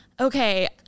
okay